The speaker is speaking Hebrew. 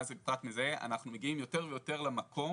זה פרט מזהה אנחנו מגיעים יותר ויותר למקום